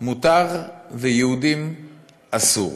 מותר ויהודים אסור,